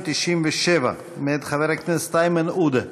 297 מאת חבר הכנסת איימן עודה.